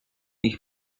ich